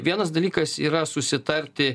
vienas dalykas yra susitarti